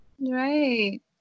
Right